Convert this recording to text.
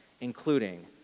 including